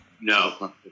No